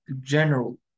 general